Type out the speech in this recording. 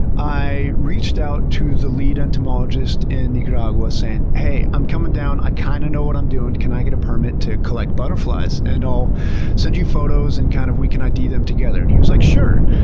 i reached out to the lead entomologist in nicaragua saying, hey, i'm coming down. i kind of know what i'm doing. can i get a permit to collect butterflies and i'll send you photos and, kind of, we can id them together? and he was like, sure.